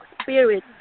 Spirit